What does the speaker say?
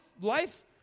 life